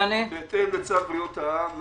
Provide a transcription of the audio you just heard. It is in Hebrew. בהתאם לצו בריאות העם